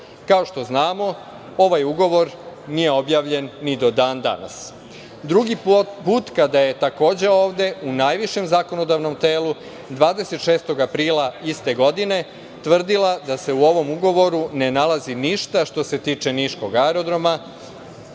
Kao što znamo ovaj ugovor nije objavljen ni do dan danas. Drugi put kada je takođe ovde u najvišem zakonodavnom telu 26. aprila iste godine tvrdila da se u ovom ugovoru ne nalazi ništa što se tiče niškog aerodroma,